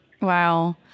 Wow